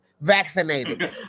vaccinated